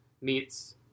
meets